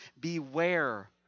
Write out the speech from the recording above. beware